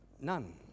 none